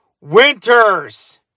Winters